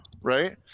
Right